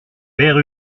père